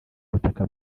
butaka